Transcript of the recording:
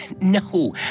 No